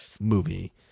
movie